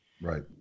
right